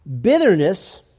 Bitterness